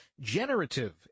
generative